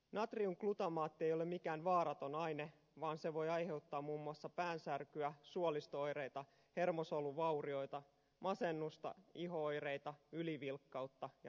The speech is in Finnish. natriumglutamaatti ei ole mikään vaaraton aine vaan se voi aiheuttaa muun muassa päänsärkyä suolisto oireita hermosoluvaurioita masennusta iho oireita ylivilkkautta ja rintakipuja